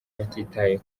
batitaye